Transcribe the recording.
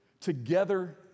together